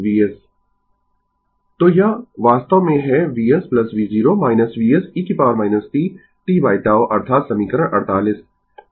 Vs Refer Slide Time 1401 तो यह वास्तव में है Vs v0 Vs e t tτ अर्थात समीकरण 48